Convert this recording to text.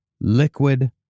Liquid